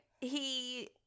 He-